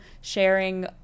sharing